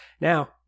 Now